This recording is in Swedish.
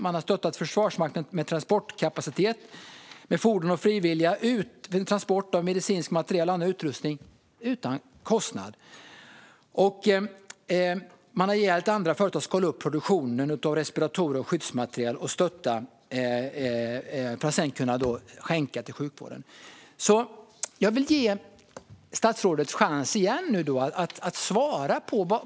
De har stöttat Försvarsmakten med transportkapacitet, med fordon och frivilliga, vid transport av medicinsk materiel och annan utrustning - utan kostnad. Och de har hjälpt andra företag att skala upp produktionen av respiratorer och skyddsmaterial och stöttat dem för att kunna skänka till sjukvården. Jag vill ge statsrådet en ny chans att svara.